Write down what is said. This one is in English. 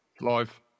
live